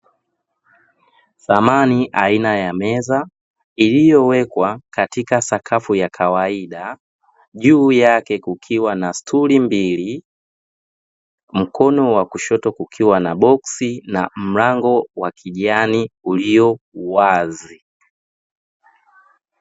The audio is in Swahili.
Samani aina ya meza, iliyowekwa katika sakafu ya kawaida, juu yake kukiwa na stuli mbili. Mkono wa kushoto kukiwa na boksi na mlango wa kijani ulio wazi.